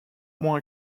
moins